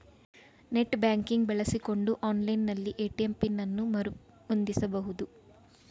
net banking ಬಳಸಿಕೊಂಡು online ನಲ್ಲಿ ATM PIN ಅನ್ನು ಮರು ಹೊಂದಿಸಬಹುದು